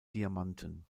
diamanten